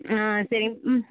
ஆ சரி ம்